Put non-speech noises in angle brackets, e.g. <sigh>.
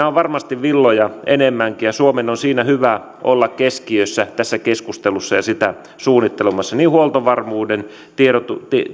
<unintelligible> on varmasti villoja enemmänkin ja suomen on hyvä olla keskiössä tässä keskustelussa ja sitä suunnittelemassa niin huoltovarmuuden